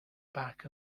back